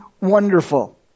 wonderful